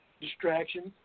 distractions